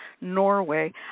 Norway